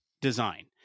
design